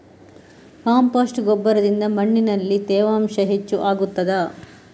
Compost ಗೊಬ್ಬರದಿಂದ ಮಣ್ಣಿನಲ್ಲಿ ತೇವಾಂಶ ಹೆಚ್ಚು ಆಗುತ್ತದಾ?